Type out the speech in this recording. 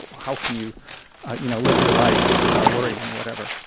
how can you you know live your life worried and whatever.